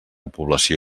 població